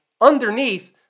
underneath